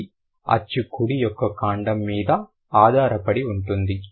ఇది అచ్చు కుడి యొక్క కాండం మీద ఆధారపడి ఉంటుంది